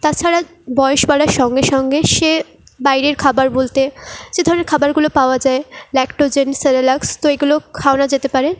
তাছাড়া বয়স বাড়ার সঙ্গে সঙ্গে সে বাইরের খাবার বলতে যে ধরণের খাবারগুলো পাওয়া যায় ল্যাকটোজেন্ট সেরেল্যাক তো এইগুলো খাওয়ানো যেতে পারে